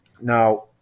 Now